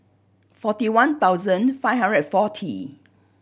forty one thousand five hundred forty